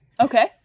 Okay